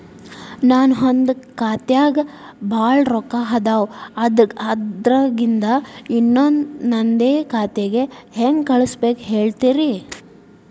ನನ್ ಒಂದ್ ಖಾತ್ಯಾಗ್ ಭಾಳ್ ರೊಕ್ಕ ಅದಾವ, ಅದ್ರಾಗಿಂದ ಇನ್ನೊಂದ್ ನಂದೇ ಖಾತೆಗೆ ಹೆಂಗ್ ಕಳ್ಸ್ ಬೇಕು ಹೇಳ್ತೇರಿ?